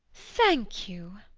thank you.